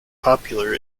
popular